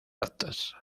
actas